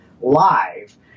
live